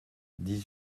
dix